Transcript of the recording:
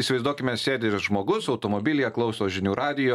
įsivaizduokime sėdi žmogus automobilyje klauso žinių radijo